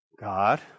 God